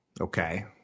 Okay